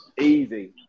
easy